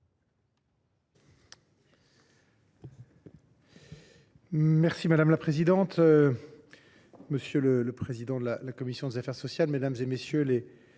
Madame la présidente, monsieur le président de la commission des affaires sociales, mesdames, messieurs les